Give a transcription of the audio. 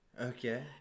Okay